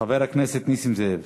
חבר הכנסת נסים זאב,